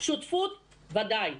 שותפות בוודאי.